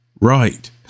Right